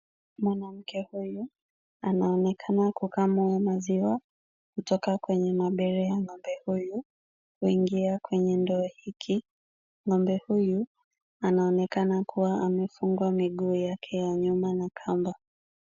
Mwanamke huyu anaonekana kukamua maziwa kutoka kwenye mabere ya ng'ombe huyu kuingia kwenye ndoo hiki. Ng'ombe huyu anaonekana kuwa amefungwa miguu yake ya nyuma na kamba.